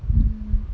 mm